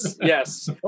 yes